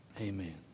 Amen